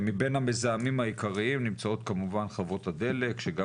מבין המזהמים העיקריים נמצאות כמובן חוות הדלק שגם